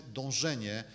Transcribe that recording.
dążenie